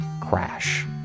crash